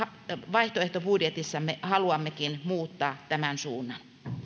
vaihtoehtobudjetissamme haluammekin muuttaa tämän suunnan